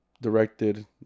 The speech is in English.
directed